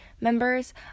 members